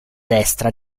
destra